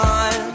on